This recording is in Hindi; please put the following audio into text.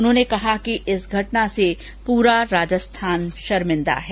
उन्होंने कहा कि इस घटना से पूरा राजस्थान शर्मिंदा है